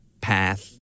path